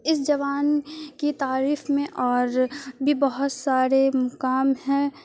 اس زبان کی تعریف میں اور بھی بہت سارے مقام ہیں